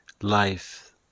life